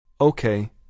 Okay